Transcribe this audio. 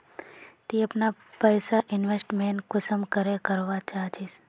ती अपना पैसा इन्वेस्टमेंट कुंसम करे करवा चाँ चची?